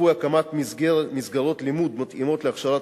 צפויה הקמת מסגרות לימוד מתאימות להכשרת